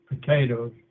potatoes